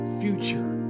future